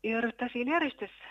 ir tas eilėraštis